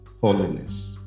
holiness